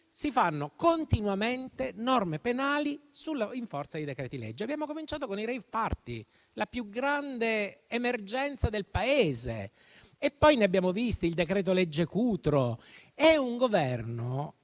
si approvano continuamente norme penali in forza di decreti-legge. Abbiamo cominciato con i *rave party*, la più grande emergenza del Paese, e poi ne abbiamo visti altri come il decreto-legge Cutro. Questo